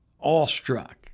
awestruck